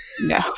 No